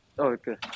Okay